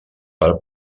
per